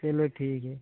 चलो ठीक है